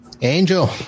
Angel